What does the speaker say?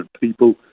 people